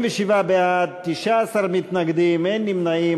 37 בעד, 19 מתנגדים, אין נמנעים.